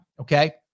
Okay